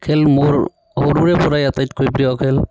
খেল মোৰ সৰুৰে পৰাই আটাইতকৈ প্ৰিয় খেল